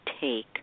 take